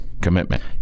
commitment